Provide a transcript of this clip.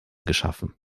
geschaffen